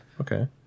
Okay